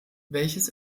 welches